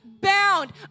bound